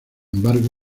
embargo